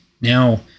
now